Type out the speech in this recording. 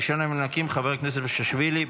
ראשון המנמקים, חבר הכנסת מושיאשוילי.